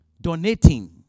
Donating